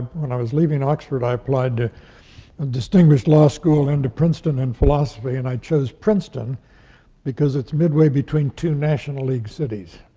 when i was leaving oxford, i applied to a distinguished law school and to princeton in philosophy, and i chose princeton because it's midway between two national league cities,